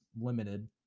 limited